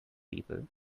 people